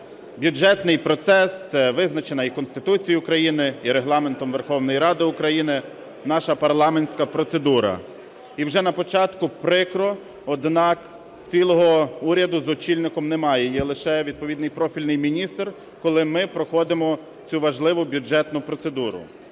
бюджетний процес – це визначена і Конституцією України, і Регламентом Верховної Ради України наша парламентська процедура. І вже на початку прикро, однак цілого уряду з очільником немає, є лише відповідний профільний міністр, коли ми проходимо цю важливу бюджетну процедуру.